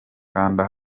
kanda